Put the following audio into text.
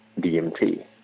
DMT